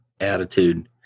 attitude